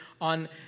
on